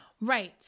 right